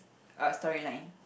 uh storyline